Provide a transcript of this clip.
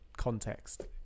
context